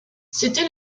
c’était